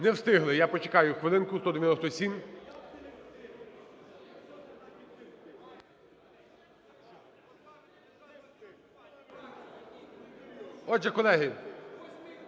Не встигли, я почекаю хвилинку, 197. Отже, колеги,